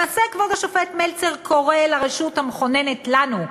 למעשה, כבוד השופט מלצר קורא לרשות המכוננת, לנו,